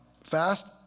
fast